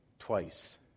twice